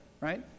right